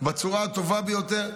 בצורה הטובה ביותר.